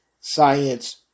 science